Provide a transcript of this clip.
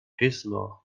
gizmo